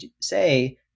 say